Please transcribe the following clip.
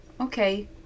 Okay